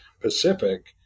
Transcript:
Pacific